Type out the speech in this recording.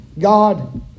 God